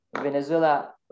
Venezuela